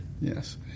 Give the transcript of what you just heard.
yes